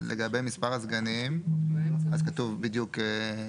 לגבי מספר הסגנים אז כתוב בדיוק.